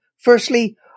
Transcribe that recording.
Firstly